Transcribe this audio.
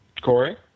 Corey